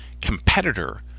competitor